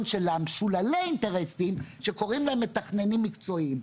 של משוללי האינטרסים שקוראים להם מתכננים מקצועיים.